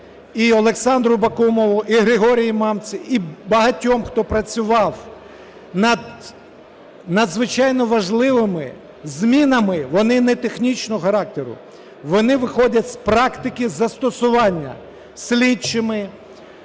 і Олександру Бакумову, і Григорію Мамці, і багатьом, хто працював над надзвичайно важливими змінами. Вони не технічного характеру, вони виходять з практики застосування слідчими,